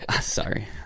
Sorry